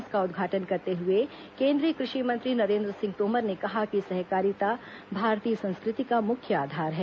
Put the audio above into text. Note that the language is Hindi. इसका उद्घाटन करते हुए केंद्रीय कृषि मंत्री नरेन्द्र सिंह तोमर ने कहा कि सहकारिता भारतीय संस्कृति का मुख्य आधार है